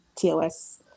tos